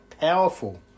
powerful